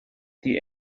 die